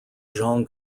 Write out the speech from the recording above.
jean